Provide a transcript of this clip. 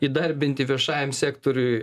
įdarbinti viešajam sektoriui